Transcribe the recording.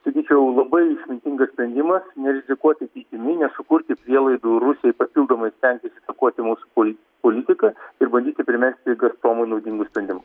sakyčiau labai išmintingas sprendimas nerizikuoti ateitimi nesukurti prielaidų rusijai papildomai stengtis įtakoti mūsų poli politiką ir bandyti primesti gazpromui naudingus sprendimus